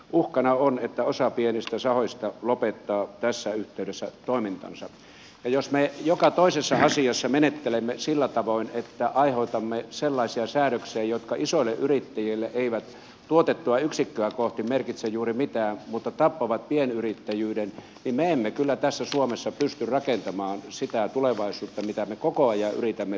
uhkana on että osa pienistä sahoista lopettaa tässä yhteydessä toimintansa ja jos me joka toisessa asiassa menettelemme sillä tavoin että aiheutamme sellaisia säädöksiä jotka isoille yrittäjille eivät tuotettua yksikköä kohti merkitse juuri mitään mutta tappavat pienyrittäjyyden niin me emme kyllä tässä suomessa pysty rakentamaan sitä tulevaisuutta mitä me koko ajan yritämme pienyrittäjyyden kautta